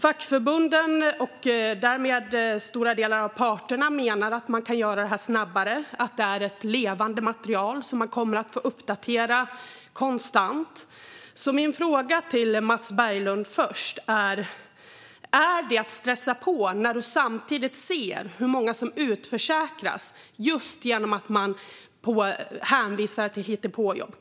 Fackförbunden och därmed stora delar av parterna menar att man kan göra det här snabbare och att det är ett levande material som man kommer att få uppdatera konstant. Min fråga till Mats Berglund är därför: Är det att stressa på när vi samtidigt ser hur många som utförsäkras just genom att man hänvisar till hittepåjobb?